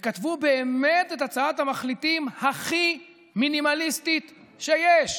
וכתבו באמת את הצעת המחליטים הכי מינימליסטית שיש.